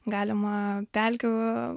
galima pelkių